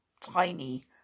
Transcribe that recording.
tiny